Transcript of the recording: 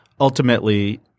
ultimately